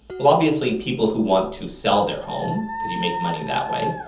well obviously people who want to sell their home because you make money that way,